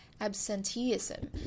absenteeism